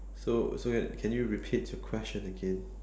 so so can you repeat your question again